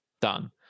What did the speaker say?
Done